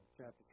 chapter